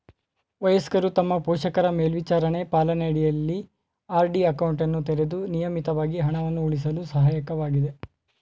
ವಯಸ್ಕರು ತಮ್ಮ ಪೋಷಕರ ಮೇಲ್ವಿಚಾರಣೆ ಪಾಲನೆ ಅಡಿಯಲ್ಲಿ ಆರ್.ಡಿ ಅಕೌಂಟನ್ನು ತೆರೆದು ನಿಯಮಿತವಾಗಿ ಹಣವನ್ನು ಉಳಿಸಲು ಸಹಾಯಕವಾಗಿದೆ